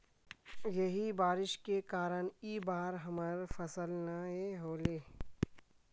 यही बारिश के कारण इ बार हमर फसल नय होले?